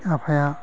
आफाया